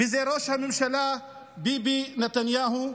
וזה ראש הממשלה ביבי נתניהו,